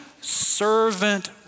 servant